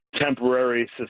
temporary